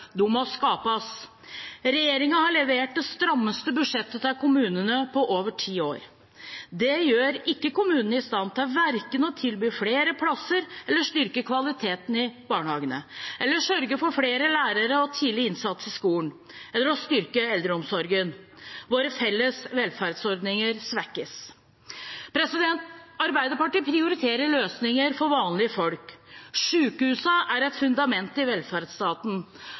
De må skapes. Regjeringen har levert det strammeste budsjettet til kommunene på over ti år. Det gjør ikke kommunene i stand til verken å tilby flere plasser eller å styrke kvaliteten i barnehagene, eller å sørge for flere lærere og tidlig innsats i skolen, eller å styrke eldreomsorgen. Våre felles velferdsordninger svekkes. Arbeiderpartiet prioriterer løsninger for vanlige folk. Sykehusene er et fundament i velferdsstaten.